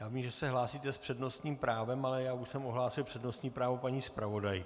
Já vím, že se hlásíte s přednostním právem, ale já už jsem ohlásil přednostní právo paní zpravodajky.